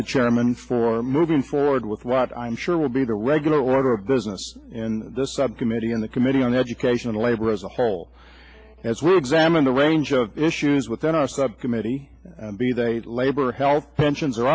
the chairman for moving forward with what i'm sure will be the regular order of business in the subcommittee in the committee on education and labor as a whole as we examine the range of issues within our subcommittee and be they labor health pensions